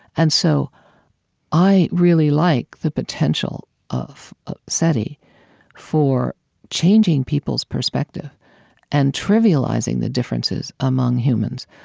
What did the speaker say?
and so i really like the potential of seti for changing people's perspective and trivializing the differences among humans,